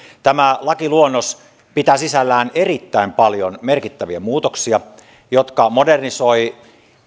tämä lakiluonnos pitää sisällään erittäin paljon merkittäviä muutoksia jotka modernisoivat